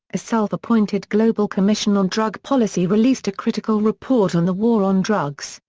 a self-appointed global commission on drug policy released a critical report on the war on drugs,